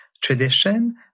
tradition